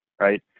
right